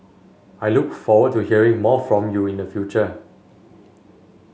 I look forward to hearing more from you in the future